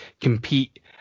compete